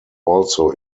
also